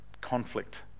conflict